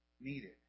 needed